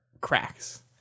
cracks